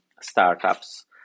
startups